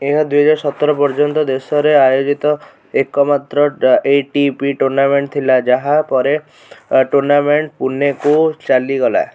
ଏହା ଦୁଇହଜାର ସତର ପର୍ଯ୍ୟନ୍ତ ଦେଶରେ ଆୟୋଜିତ ଏକମାତ୍ର ଏ ଟି ପି ଟୁର୍ଣ୍ଣାମେଣ୍ଟ ଥିଲା ଯାହାପରେ ଟୁର୍ଣ୍ଣାମେଣ୍ଟ ପୁନେକୁ ଚାଲିଗଲା